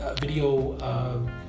video